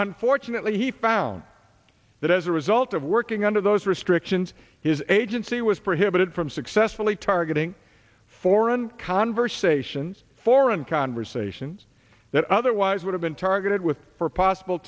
unfortunately he found that as a result of working under those restrictions his agency was prohibited from successfully targeting foreign conversations foreign conversations that otherwise would have been targeted with for possible